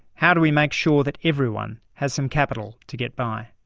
how do we make sure that everyone has some capital to get by?